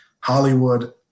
Hollywood